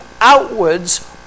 outwards